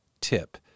tip